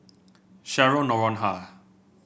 Cheryl Noronha